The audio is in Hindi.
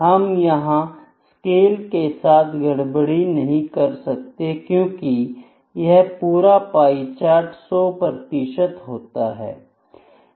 हम यहां स्केल के साथ गड़बड़ी नहीं कर सकते क्योंकि यह पूरा पाई चार्ट सौ प्रतिशत होता है